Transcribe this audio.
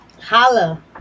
holla